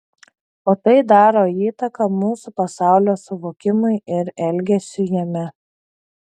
o tai daro įtaką mūsų pasaulio suvokimui ir elgesiui jame